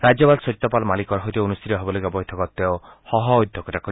ৰাজ্যপাল সত্যপাল মালিকৰ সৈতে অনুষ্ঠিত হ'ব লগা বৈঠকত তেওঁ সহ অধ্যক্ষতা কৰিব